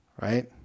right